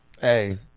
hey